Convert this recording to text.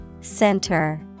Center